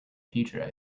future